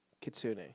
Kitsune